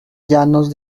llanos